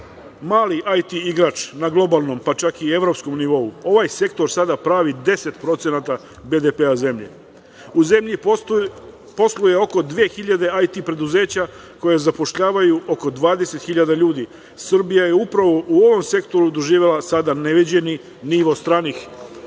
mali IT igrač na globalnom, pa čak i evropskom nivou, ovaj sektor sada pravi 10% BDP zemlje. U zemlji posluje oko 2.000 IT preduzeća koja zapošljavaju oko 20.000 ljudi. Srbija je upravo u ovom sektoru doživela neviđeni nivo stranih